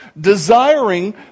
desiring